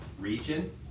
region